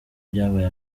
byabaye